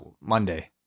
Monday